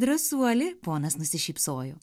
drąsuolė ponas nusišypsojo